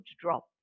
drop